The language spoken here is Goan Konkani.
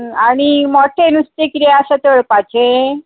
आनी मोटें नुस्तें कितें आसा तळपाचें